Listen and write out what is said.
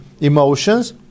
emotions